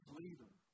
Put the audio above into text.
leader